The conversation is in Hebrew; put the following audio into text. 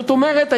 זאת אומרת,